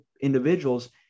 individuals